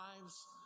lives